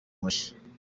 mushya